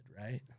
right